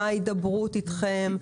מה ההידברות איתכם,